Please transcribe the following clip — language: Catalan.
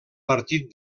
partit